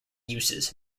uses